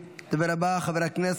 אכן דברים חשובים.